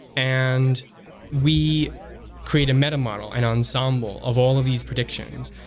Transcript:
and we create a metamodel, an ensemble, of all of these predictions.